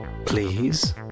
Please